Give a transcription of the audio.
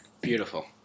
Beautiful